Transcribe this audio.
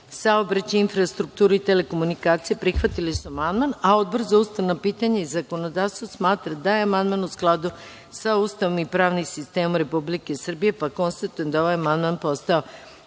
saobraćaj, infrastrukturu i telekomunikacije, prihvatili su amandman. Odbor za ustavna pitanja i zakonodavstvo smatra da je amandman u skladu sa Ustavom i pravnim sistemom Republike Srbije. Konstatujem da je ovaj amandman postao